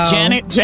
Janet